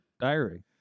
diary